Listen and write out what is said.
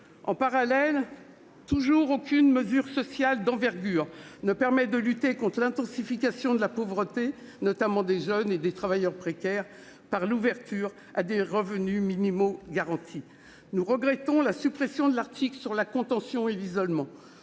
En parallèle, aucune mesure sociale d'envergure ne permet de lutter contre l'intensification de la pauvreté, notamment parmi les jeunes et les travailleurs précaires, par l'ouverture à des revenus minimums garantis. Nous regrettons la suppression de l'article relatif à la contention et à l'isolement.